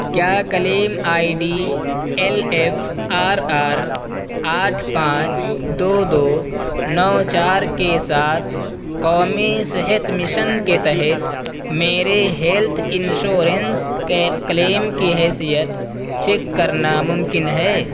کیا claim I D L F R R آٹھ پانچ دو دو نو چار کے ساتھ قومی صحت مشن کے تحت میرے ہیلتھ انشورنس کلیم کی حیثیت چیک کرنا ممکن ہے